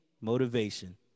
motivation